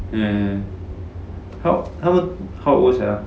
ya how how how old sia